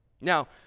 Now